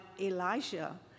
Elijah